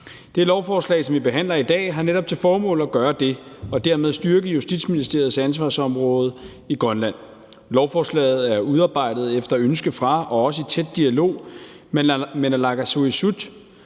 Det lovforslag, som vi behandler i dag, har netop til formål at gøre det og dermed styrke Justitsministeriets ansvarsområde i Grønland. Lovforslaget er udarbejdet efter ønske fra og også i tæt dialog med naalakkersuisut,